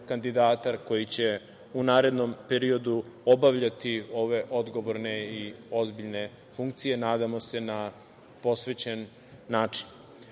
koji će u narednom periodu obavljati ove odgovorne i ozbiljne funkcije, nadamo se na posvećen